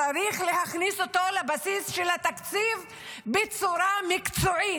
צריך להכניס אותו לבסיס של התקציב בצורה מקצועית.